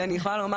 שאני יכולה לומר